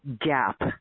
gap